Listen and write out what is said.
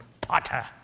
potter